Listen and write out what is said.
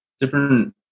different